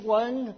one